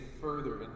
further